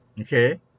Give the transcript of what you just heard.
okay